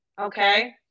Okay